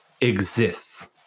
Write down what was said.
exists